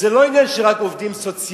זה לא עניין רק של עובדים סוציאליים.